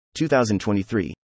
2023